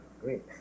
great